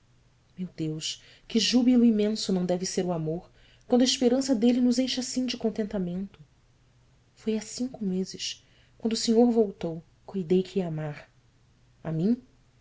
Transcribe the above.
meu deus que júbilo imenso não deve ser o amor quando a esperança dele nos enche assim de contentamento foi há cinco meses quando o senhor voltou cuidei que ia amar mim